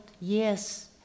yes